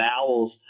bowels